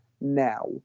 now